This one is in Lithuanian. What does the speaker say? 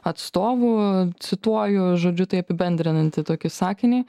atstovų cituoju žodžiu tai apibendrinantį tokį sakinį